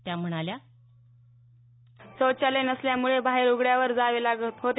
त्या म्हणाल्या शौचालय नसल्यामुळे बाहेर उघड्यावर जावे लागत होते